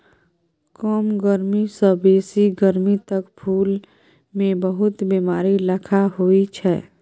कम गरमी सँ बेसी गरमी तक फुल मे बहुत बेमारी लखा होइ छै